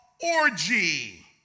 orgy